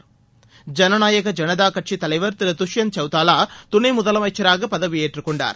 ஐனநாயக ஐனதா கட்சித் தலைவர் திரு துஷ்பந்த் சவுதாலா துணை முதலமைச்சராக பதவியேற்றுக்கொண்டார்